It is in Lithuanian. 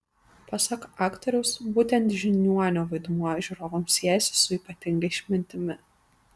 pasak aktoriaus būtent žiniuonio vaidmuo žiūrovams siejasi su ypatinga išmintimi